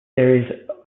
series